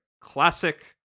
Classic